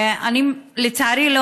לצערי,